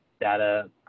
data